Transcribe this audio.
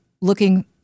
looking